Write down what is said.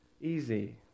Easy